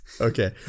Okay